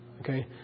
okay